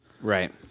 Right